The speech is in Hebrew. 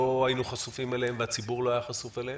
לא היינו חשופים אליהם והציבור לא היה חשוף אליהם.